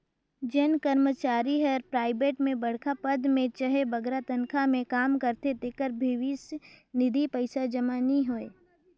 जेन करमचारी हर पराइबेट में बड़खा पद में चहे बगरा तनखा में काम करथे तेकर भविस निधि पइसा जमा नी होए